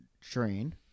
Train